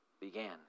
began